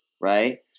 right